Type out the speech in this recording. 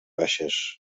baixes